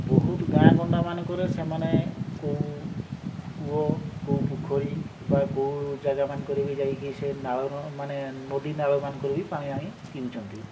ବହୁତ ଗାଁଗଣ୍ଡା ମାନଙ୍କରେ ସେମାନେ କୂଅ କେଉଁ ପୋଖରୀ ବା କେଉଁ ଜାଗାମାନଙ୍କରେ ବି ଯାଇକି ସେ ନାଳର ମାନେ ନଦୀନାଳ ମାନଙ୍କରେ ବି ପାଣି ଆଣି ପିଉଛନ୍ତି